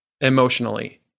emotionally